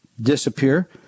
disappear